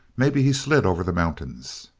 maybe he's slid over the mountains.